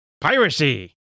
Piracy